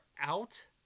out